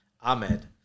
ahmed